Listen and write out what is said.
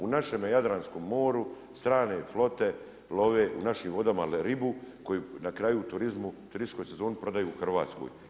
U našem Jadranskom moru strane flote love u našim vodama ribu koju na kraju u turizmu, turističkoj sezoni prodaju u Hrvatskoj.